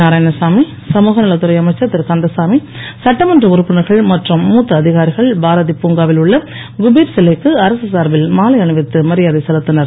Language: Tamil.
நாராயணசாமி சமூகநலத் துறை அமைச்சர் திருகந்தசாமி சட்டமன்ற உறுப்பினர்கள் மற்றும் மூத்த அதிகாரிகள் பாரதி பூங்காவில் உள்ள குபோ சிலைக்கு அரசு சார்பில் மாலை அணிவித்து மரியாதை செலுத்தினர்